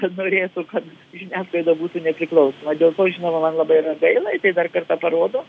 kad norėtų kad žiniasklaida būtų nepriklausoma dėl to žinoma man labai negaila tai dar kartą parodo